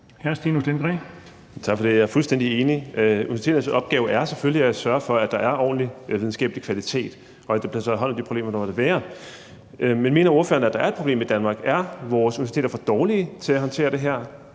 Stinus Lindgreen (RV): Tak for det. Jeg er fuldstændig enig. Universiteternes opgave er selvfølgelig at sørge for, at der er en ordentlig videnskabelig kvalitet, og at der bliver taget hånd om de problemer, der måtte være. Men mener ordføreren, at der er et problem i Danmark? Er vores universiteter for dårlige til at håndtere det her?